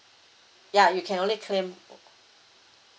ya you can only claim